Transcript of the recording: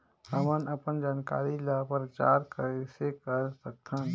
हमन अपन जानकारी ल प्रचार कइसे कर सकथन?